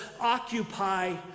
Occupy